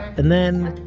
and then,